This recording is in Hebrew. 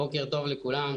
בוקר טוב לכולם,